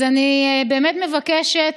אני באמת מבקשת